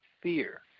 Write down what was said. fear